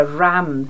ram